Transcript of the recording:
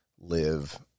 live